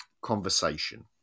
conversation